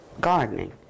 gardening